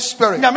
Spirit